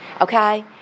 okay